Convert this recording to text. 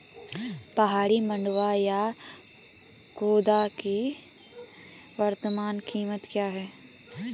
पहाड़ी मंडुवा या खोदा की वर्तमान कीमत क्या है?